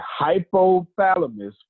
hypothalamus